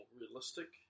realistic